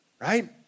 right